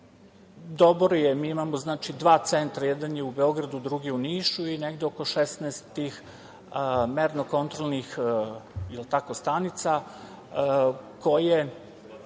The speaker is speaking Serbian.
je, mi imamo dva centra, jedan je u Beogradu, drugi je u Nišu, i negde oko 16 tih merno-kontrolnih stanica koje,